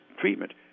treatment